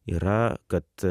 yra kad